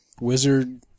wizard